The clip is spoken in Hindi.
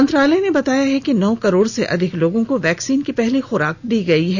मंत्रालय ने बताया है कि नौ करोड से अधिक लोगों को वैक्सीन की पहली खुराक दी गई है